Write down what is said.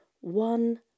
one